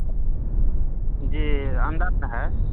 اچھا جی اندر نا ہے